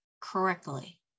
correctly